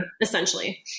essentially